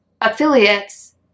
affiliates